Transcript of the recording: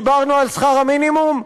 דיברנו על שכר המינימום?